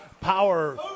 power